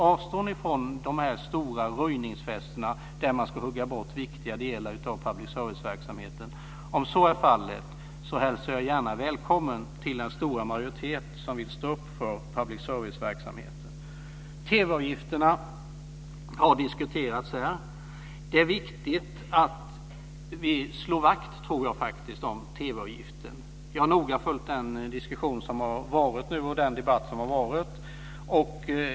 Avstår ni från de stora röjningsfesterna, där man ska hugga bort viktiga delar av public service-verksamheten? Om så är fallet, hälsar jag er gärna välkommen till den stora majoritet som vill stå upp för public service-verksamheten. TV-avgifterna har diskuterats. Det är viktigt att vi slår vakt om TV-avgiften. Jag har noga följt den debatt som har varit.